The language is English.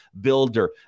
builder